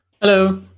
Hello